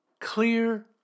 clear